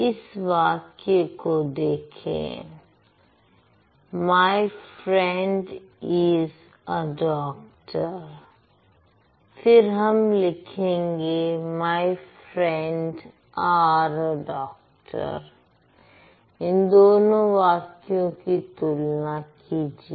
इस वाक्य को देखें my friend is a doctor फिर हम लिखेंगे my friend are a doctor इन दोनों वाक्यों की तुलना कीजिए